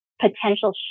potential